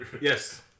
Yes